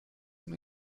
una